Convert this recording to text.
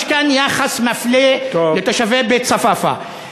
יש כאן יחס מפלה לתושבי בית-צפאפא.